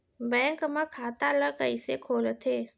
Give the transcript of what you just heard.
Bank म खाता ल कइसे खोलथे?